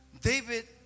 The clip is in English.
David